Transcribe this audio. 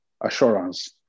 assurance